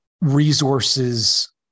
resources